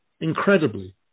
Incredibly